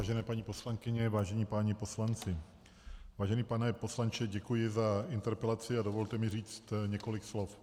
Vážené paní poslankyně, vážení páni poslanci, vážený pane poslanče, děkuji za interpelaci a dovolte mi říct několik slov.